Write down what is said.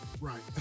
Right